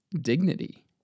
dignity